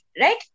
right